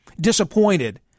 disappointed